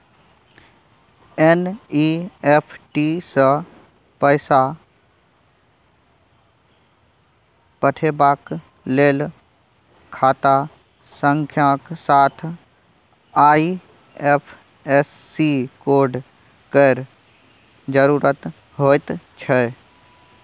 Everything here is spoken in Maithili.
एन.ई.एफ.टी सँ पैसा पठेबाक लेल खाता संख्याक साथ आई.एफ.एस.सी कोड केर जरुरत होइत छै